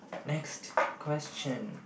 next question